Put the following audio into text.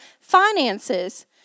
finances